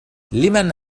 لمن